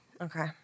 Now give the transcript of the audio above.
Okay